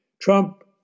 Trump